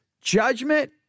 judgment